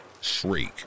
shriek